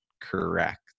correct